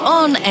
on